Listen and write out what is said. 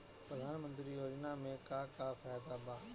प्रधानमंत्री योजना मे का का फायदा बा?